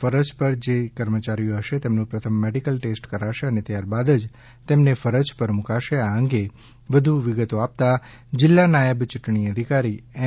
ફરજ પર જે કર્મચારીઓ હશે તેમનું પ્રથમ મેડિકલ ટેસ્ટ કરાશે અને ત્યારબાદ જ તેમને ફરજ પર મુકાશે આ અંગે વધુ વિગતો આપતા જિલ્લા નાયબ ચૂંટણી અધિકારી શ્રી એમ